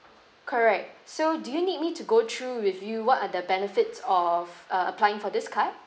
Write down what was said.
correct so do you need me to go through with you what are the benefits of uh applying for this card